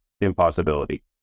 impossibility